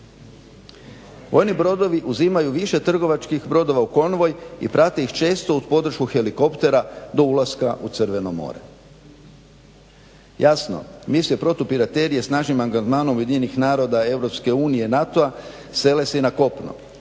Vojni brodovi uzimaju više trgovačkih brodova u konvoj i prate ih često uz podršku helikoptere do ulaska u Crveno mora. Jasno, … snažnim angažmanom UN i EU i NATO-a sele se i na kopno.